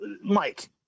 mike